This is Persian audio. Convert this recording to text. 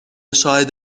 شاهد